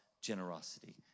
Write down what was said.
generosity